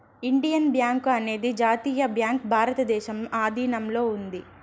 Indian bank అనేది జాతీయ bank భారతదేశంలో ఆధీనంలో ఉంది